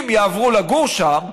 אם יעברו לגור שם,